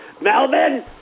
Melvin